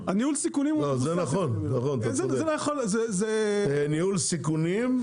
זה נכון, נכון אתה צודק, ניהול סיכונים.